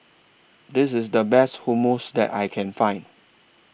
This IS The Best Hummus that I Can Find